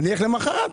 אלך למחרת.